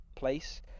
Place